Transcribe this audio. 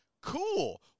Cool